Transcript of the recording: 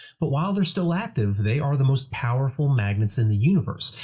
but while they're still active, they are the most powerful magnets in the universe.